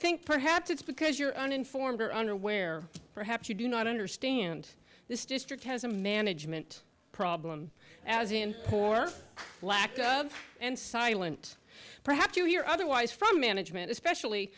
think perhaps it's because you're uninformed or underwear perhaps you do not understand this district has a management problem as in poor black and silent perhaps you hear otherwise from management especially